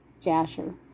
Jasher